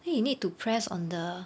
then he need to press on the